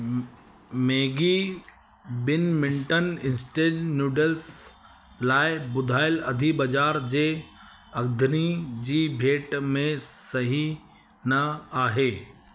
Maggi ॿिनि मिंटनि instant noodles लाइ ॿुधायलु अघु बाज़ारि जे अघनि जी भेट में सही न आहे